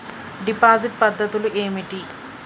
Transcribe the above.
Deposit పద్ధతులు ఏమిటి?